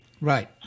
Right